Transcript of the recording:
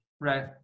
Right